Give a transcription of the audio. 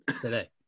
today